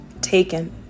taken